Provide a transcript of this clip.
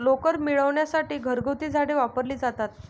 लोकर मिळविण्यासाठी घरगुती झाडे वापरली जातात